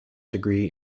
degree